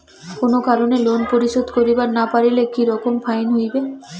কোনো কারণে লোন পরিশোধ করিবার না পারিলে কি রকম ফাইন হবে?